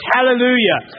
Hallelujah